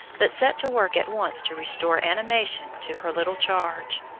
but set to work at once to restore animation to her little charge.